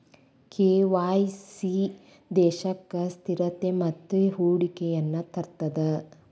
KYC ದೇಶಕ್ಕ ಸ್ಥಿರತೆ ಮತ್ತ ಹೂಡಿಕೆಯನ್ನ ತರ್ತದ